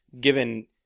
given